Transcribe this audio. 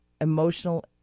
emotional